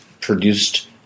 produced